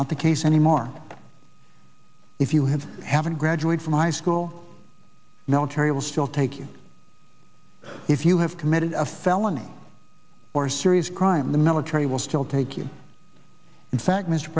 not the case anymore if you have haven't graduated from high school military will still take you if you have committed a felony or serious crime the military will still take you in fact mr